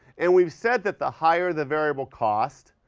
and we've said that the higher the variable cost,